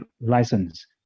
license